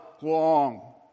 long